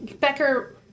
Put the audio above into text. Becker-